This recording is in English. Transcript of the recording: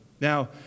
Now